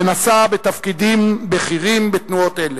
ונשא בתפקידים בתנועות אלו.